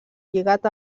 lligat